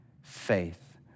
faith